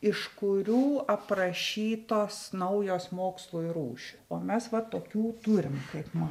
iš kurių aprašytos naujos mokslui rūšy o mes va tokių turim kaip ma